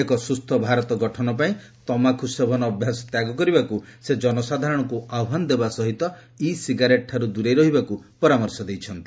ଏକ ସୁସ୍ଥ ଭାରତ ଗଠନ ପାଇଁ ତମାଖୁ ସେବନ ଅଭ୍ୟାସ ତ୍ୟାଗ କରିବାକୁ ସେ ଜନସାଧାରଣଙ୍କୁ ଆହ୍ୱାନ ଦେବା ସହିତ ଇ ସିଗାରେଟ୍ଠାରୁ ଦୂରେଇ ରହିବାକୁ ପରାମର୍ଶ ଦେଇଛନ୍ତି